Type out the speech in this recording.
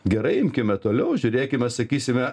gerai imkime toliau žiūrėkime sakysime